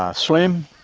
ah slim,